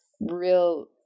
real